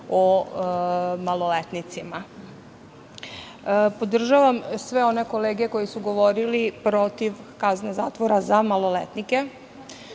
o maloletnicima. Podržavam sve one kolege koje su govorile protiv kazne zatvora za maloletnike.